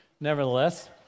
nevertheless